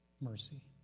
mercy